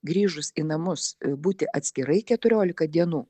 grįžus į namus būti atskirai keturiolika dienų